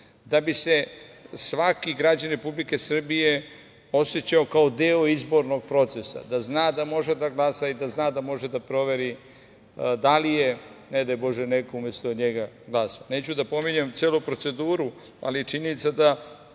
da bi se svaki građanin Republike Srbije osećao kao deo izbornog procesa, da zna da može da glasa i da zna da može da proveri da li je, ne daj Bože, neko umesto njega glasao. Neću da pominjem celu proceduru, ali činjenica da